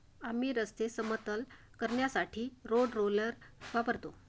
आम्ही रस्ते समतल करण्यासाठी रोड रोलर वापरतो